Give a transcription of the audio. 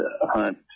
hunt